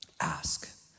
Ask